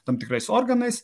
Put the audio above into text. tam tikrais organais